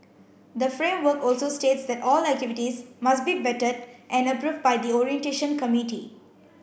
the framework also states that all activities must be vetted and approved by the orientation committee